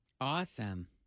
Awesome